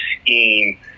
scheme